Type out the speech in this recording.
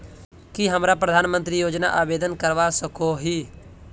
की हमरा प्रधानमंत्री योजना आवेदन करवा सकोही?